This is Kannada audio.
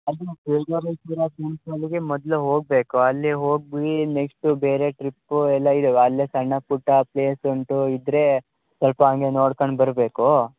ಅದು ಕೇದಾರೇಶ್ವರ ಟೆಂಪಲಿಗೆ ಮೊದಲು ಹೋಗಬೇಕು ಅಲ್ಲಿ ಹೋಗಿ ನೆಕ್ಷ್ಟು ಬೇರೆ ಟ್ರಿಪ್ಪು ಎಲ್ಲ ಇದ್ದಾವೆ ಅಲ್ಲೆ ಸಣ್ಣ ಪುಟ್ಟ ಪ್ಲೇಸ್ ಉಂಟು ಇದ್ರೆ ಸ್ವಲ್ಪ ಹಂಗೆ ನೋಡ್ಕಂಡು ಬರ್ಬೇಕು